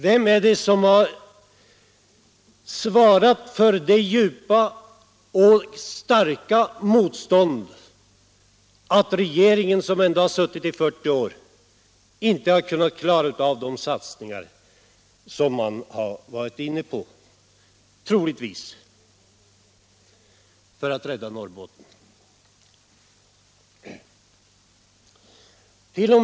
Vem är det som har gjort så starkt motstånd att den gamla regeringen, som ändå satt i 40 år, inte har kunnat klara av de satsningar som den =— troligtvis — har varit inne på för att rädda Norrbotten?